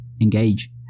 engage